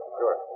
sure